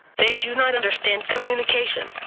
they do not understand communication.